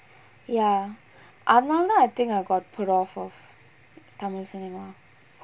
ya I remember I think I got put off of tamil cinema